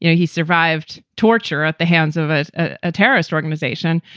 you know he survived torture at the hands of ah a terrorist organization.